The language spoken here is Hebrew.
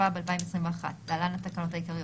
התשפ"ב-2021 (להלן התקנות העיקריות),